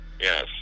yes